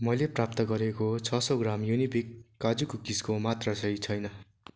मैले प्राप्त गरेको छ सौ ग्राम युनिबिक काजु कुकिजको मात्रा सही छैन